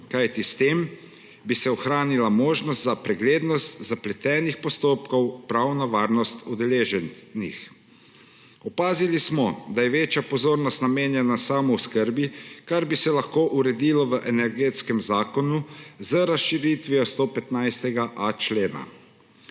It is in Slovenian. kajti s tem bi se ohranila možnost za preglednost zapletenih postopkov, pravna varnost udeleženih. Opazili smo, da je večja pozornost namenjena samooskrbi, kar bi se lahko uredilo v Energetskem zakonu z razširitvijo 115.a člena.